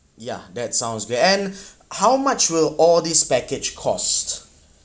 yeah that sounds great and how much will all this package cost